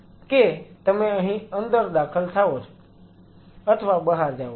કે તમે અહીં અંદર દાખલ થાઓ છો અથવા બહાર જાઓ છો